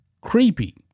Creepy